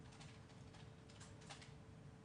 לדיון מהתחלה.